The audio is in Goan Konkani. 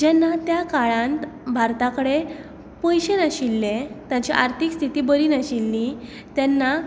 जेन्ना त्या काळान भारता कडेन पयशे नाशिल्ले तांची आर्थीक स्थिती बरी नाशिल्ली तेन्ना